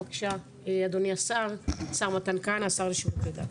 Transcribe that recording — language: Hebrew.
בבקשה, אדוני השר מתן כהנא, השר לשירותי דת.